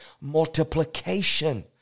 multiplication